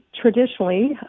traditionally